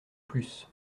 plus